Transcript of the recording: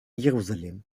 jerusalem